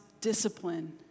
discipline